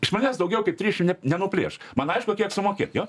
iš manęs daugiau kaip triešim ne nenuplėš man aišku kiek sumokėt jo